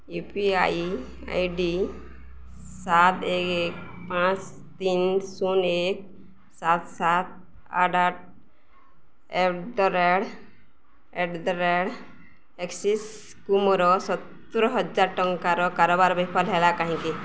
UPI ID ସାତ ଏକ ଏକ ପାଞ୍ଚ ତିନ ଶୂନ ଏକ ସାତ ସାତ ଆଠ ଆଠ at the rate at the rate ଏକ୍ସିସ୍କୁ ମୋର ସତରି ହଜାର ଟଙ୍କାର କାରବାର ବିଫଳ ହେଲା କାହିଁକି